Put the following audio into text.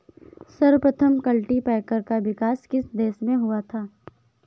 सर्वप्रथम कल्टीपैकर का विकास किस देश में हुआ था?